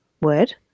word